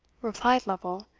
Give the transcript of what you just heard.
replied lovel,